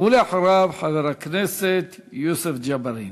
ואחריו, חבר הכנסת יוסף ג'בארין.